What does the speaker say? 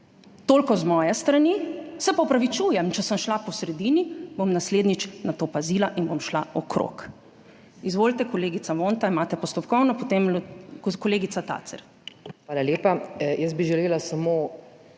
Toliko z moje strani. Se pa opravičujem, če sem šla po sredini, bom naslednjič na to pazila in bom šla okrog. Izvolite, kolegica Vonta, imate postopkovno, potem kolegica Tacer. **TAMARA VONTA (PS